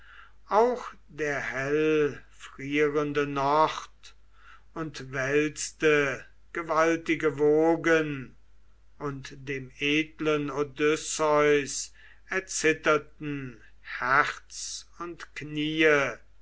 auch der hellfrierende nord und wälzte gewaltige wogen und dem edlen odysseus erzitterten herz und kniee